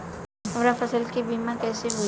हमरा फसल के बीमा कैसे होई?